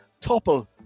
Topple